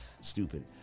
Stupid